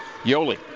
Yoli